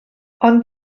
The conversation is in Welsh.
ond